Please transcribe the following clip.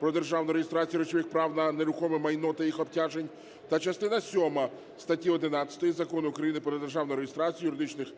"Про державну реєстрацію речових прав на нерухоме майно та їх обтяжень" та частина сьома статті 11 Закону України "Про державну реєстрацію юридичних